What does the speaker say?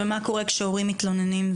ומה קורה כשהורים מתלוננים?